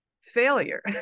failure